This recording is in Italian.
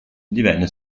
divenne